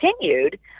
continued